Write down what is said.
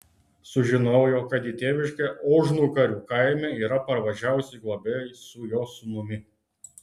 sužinojo kad į tėviškę ožnugarių kaime yra parvažiavusi globėja su jo sūnumi